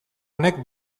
honek